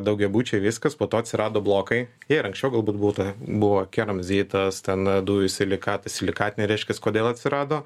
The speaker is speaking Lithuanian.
daugiabučiai viskas po to atsirado blokai ir anksčiau galbūt būta buvo keramzitas ten dujų silikatas silikatiniai reiškias kodėl atsirado